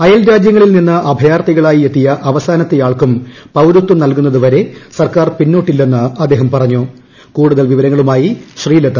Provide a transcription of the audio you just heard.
അയൽരാജ്യങ്ങളിൽ നിന്ന് അഭയ്യാർത്ഥികളായി എത്തിയ അവസാനത്തെ ആൾക്കും പൌരത്വം നെൽകുന്നതുവരെ സർക്കാർ പിന്നോട്ടില്ലെന്ന് അദ്ദേഹം പറഞ്ഞുകൃഷ്ണ കൂടുതൽ വിവരങ്ങളുമായി ശ്രീലത്